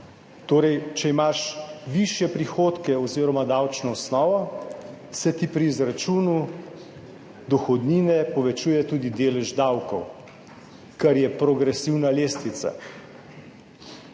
Torej če imaš višje prihodke oziroma davčno osnovo, se ti pri izračunu dohodnine povečuje tudi delež davkov, kar je progresivna lestvica.